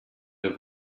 der